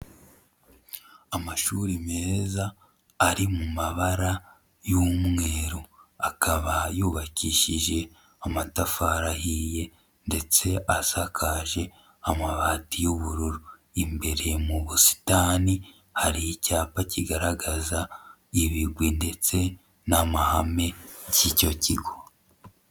Amashuri meza ari mu mabara y'umweru, akaba yubakishije amatafari ahiye ndetse asakaje amabati y'ubururu, imbere mu busitani hari icyapa kigaragaza ibigwi ndetse n'amahame by'icyo kigo.